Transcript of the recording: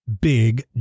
big